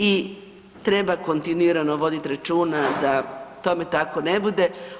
I treba kontinuirano voditi računa da tome tako ne bude.